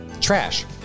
trash